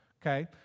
Okay